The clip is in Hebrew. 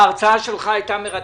ההרצאה שלך הייתה מרתקת.